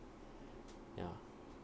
ya